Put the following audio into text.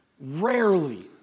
Rarely